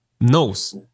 knows